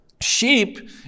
sheep